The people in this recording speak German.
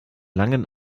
langen